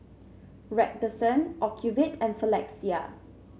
Redoxon Ocuvite and Floxia